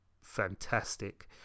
fantastic